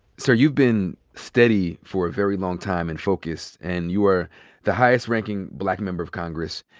so you've been steady for a very long time and focused, and you are the highest-ranking black member of congress,